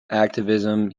activism